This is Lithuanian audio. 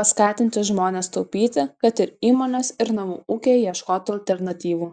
paskatinti žmones taupyti kad ir įmonės ir namų ūkiai ieškotų alternatyvų